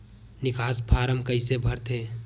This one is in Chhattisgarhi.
निकास फारम कइसे भरथे?